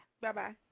Bye-bye